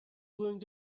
going